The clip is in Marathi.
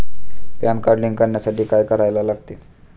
पॅन कार्ड लिंक करण्यासाठी काय करायला लागते?